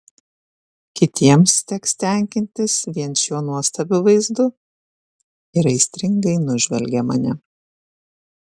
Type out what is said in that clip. kitiems teks tenkintis vien šiuo nuostabiu vaizdu ir aistringai nužvelgia mane